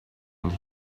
and